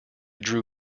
drew